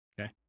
Okay